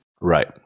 Right